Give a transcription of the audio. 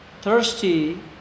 thirsty